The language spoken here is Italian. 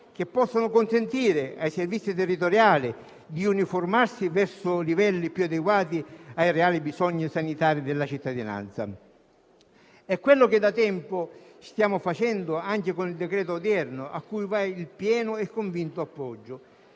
che possano consentire ai servizi territoriali di uniformarsi verso livelli più adeguati ai reali bisogni sanitari della cittadinanza. È quello che da tempo stiamo facendo, anche con il decreto-legge oggi al nostro esame, a cui vai il nostro pieno e convinto appoggio.